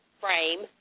frame